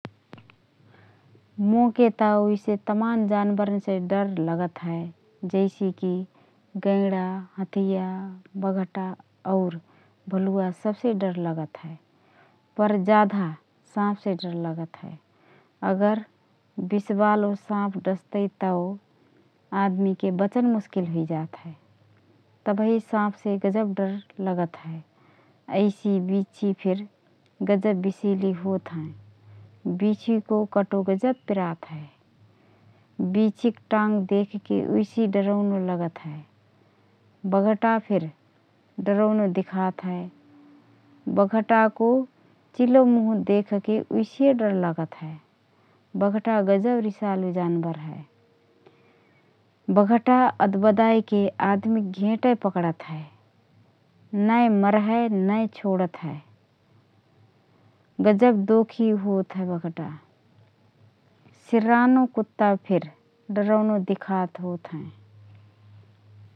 मोके त उइसे तमान जानबरनसे डर लगत हए, जैसि कि गैडा, हथिया, बघटा और भलुवा । सबसे डर त लगत हए, पर जाधा साँपसे डर लागत हए । अगर बिषबालो साँप डसदै तओ आदमीके बचन मुस्किल हुइजात हए। तबही साँपसे गजब डर लगत हए । ऐसि बिछी फिर गजब बिषीली होतहएँ । बिछीको कटो गजब पिरात हए । बिछीक टाङ देखके उइसि डरौनो लगत हए । बघटा फिर डरौनो दिखात हए । बघटाको चिलो मुँह देखके उइसि डर लगत हए । बखटा गजब रिसालु जानबर होतहए । बखटा अदबदाएके आदमिक घेँटए पकडत हए । नएँ मरहए, नएँ छोडत हए । गजब दोखि होतहए बघटा । सिर्रानो कुत्ता फिर डरौनो दिखात होतहए ।